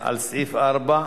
לסעיף 4,